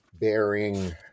bearing